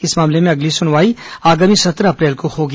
इस मामले में अगली सुनवाई आगामी सत्रह अप्रैल को होगी